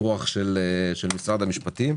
בפיקוח של משרד המשפטים.